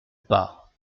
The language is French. pas